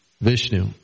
Vishnu